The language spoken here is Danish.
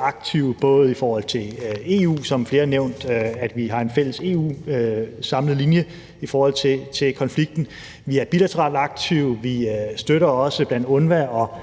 aktive i forhold til EU, som flere har nævnt, nemlig ved at vi samlet har en fælles EU-linje i forhold til konflikten. Vi er bilateralt aktive. Vi støtter også UNRWA og